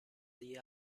degli